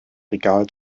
regal